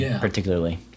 particularly